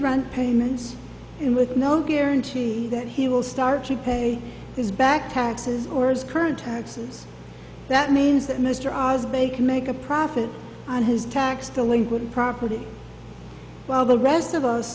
brunt payments and with no guarantee that he will start to pay his back taxes or is current taxes that means that mr oz bacon make a profit on his tax delinquent property while the rest of us